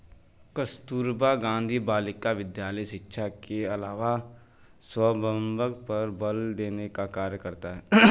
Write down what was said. कस्तूरबा गाँधी बालिका विद्यालय शिक्षा के अलावा स्वावलम्बन पर बल देने का कार्य करता है